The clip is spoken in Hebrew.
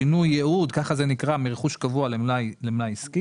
שינוי יעוד, כך זה נקרא, מרכוש קבוע למלאי עסקי